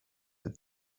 that